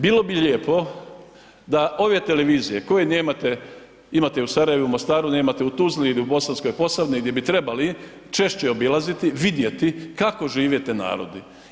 Bilo bi lijepo da ove televizije koje nemate, imate u Sarajevu i u Mostaru, nemate u Tuzli ili Bosanskoj Posavini gdje bi trebali češće obilaziti, vidjeti kako žive ti narodi.